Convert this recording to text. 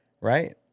Right